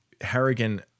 Harrigan